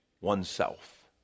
oneself